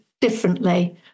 differently